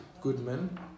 Goodman